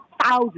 thousands